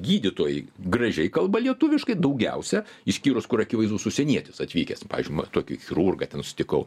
gydytojai gražiai kalba lietuviškai daugiausia išskyrus kur akivaizdus užsienietis atvykęs pavyzdžiui tokį chirurgą ten sutikau